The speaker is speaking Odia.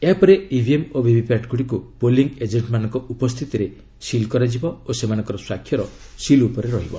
ଏହାପରେ ଇଭିଏମ୍ ଓ ଭିଭିପାଟ୍ ଗୁଡ଼ିକୁ ପୋଲିଂ ଏଜେଣ୍ଟମାନଙ୍କ ଉପସ୍ଥିତିରେ ସିଲ୍ କରାଯିବ ଓ ସେମାନଙ୍କର ସ୍ୱାକ୍ଷର ସିଲ୍ ଉପରେ ରହିବ